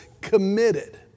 Committed